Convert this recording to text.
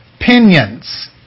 opinions